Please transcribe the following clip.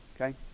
Okay